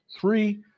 three